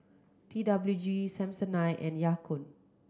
T W G Samsonite and Ya Kun